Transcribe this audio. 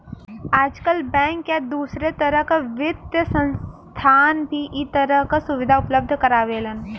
आजकल बैंक या दूसरे तरह क वित्तीय संस्थान भी इ तरह क सुविधा उपलब्ध करावेलन